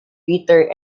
peter